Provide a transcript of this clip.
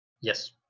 Yes